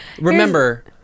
Remember